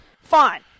Fine